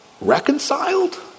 Reconciled